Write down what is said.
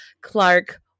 Clark